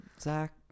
Zach